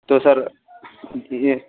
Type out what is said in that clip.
تو سر یہ